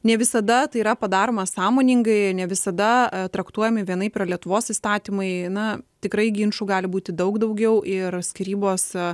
ne visada tai yra padaroma sąmoningai ne visada traktuojami vienaip yra lietuvos įstatymai na tikrai ginčų gali būti daug daugiau ir skyrybos